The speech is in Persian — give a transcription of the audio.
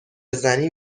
زنی